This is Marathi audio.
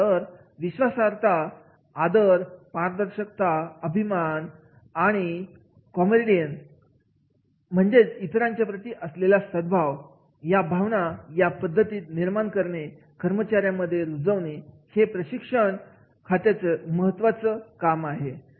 तर विश्वासार्हता आदर पारदर्शकता अभिमान आणि कॅमेराडरी म्हणजे इतरांच्या प्रती असलेला सद्भाव या भावना या पद्धती निर्माण करणे कर्मचाऱ्यांमध्ये या रुजवणे हे प्रशिक्षण खायचं महत्त्वाचं काम असतं